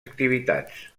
activitats